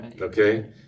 okay